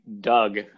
doug